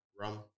rum